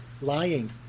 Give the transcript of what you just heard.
lying